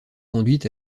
conduit